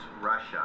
Russia